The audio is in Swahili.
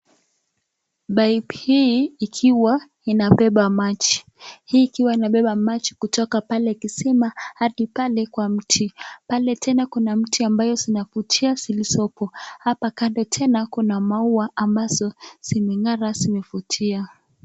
(CS)Pipe(CS )hii ikiwa inabeba maji, hii ikiwa inabeba maji kutoka pale kisima akipanda Kwa mti, pale tena kuna mti ambayo zinapotea zilizo, hapa Kando tena kuna maua ambazo zimengara zimevutia.